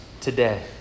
today